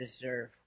deserve